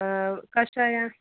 ಕಷಾಯ